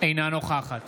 אינה נוכחת